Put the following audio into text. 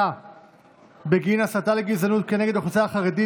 עבירות מין עברה בקריאה הטרומית ותועבר להמשך הדיון בוועדת החוקה,